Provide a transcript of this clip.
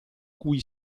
cui